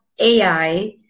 AI